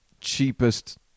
cheapest